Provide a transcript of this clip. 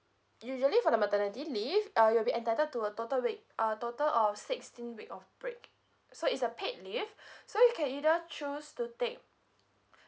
usually for the maternity leave uh you'll be entitled to a total week a total of sixteen week of break so it's a paid leave so you can either choose to take